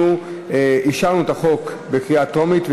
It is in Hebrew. אנחנו אישרנו את החוק בקריאה טרומית,